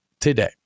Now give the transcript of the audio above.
today